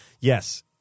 Yes